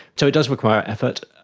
so it does require effort.